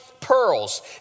pearls